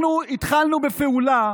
אנחנו התחלנו בפעולה